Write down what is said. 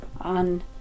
on